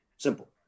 simple